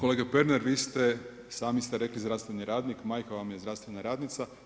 Kolega Pernar, vi ste sami ste rekli zdravstveni radnik, majka vam je zdravstvena radnica.